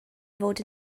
fod